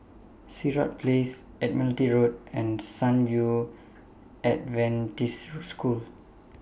Sirat Place Admiralty Road and San Yu Adventist School